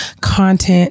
content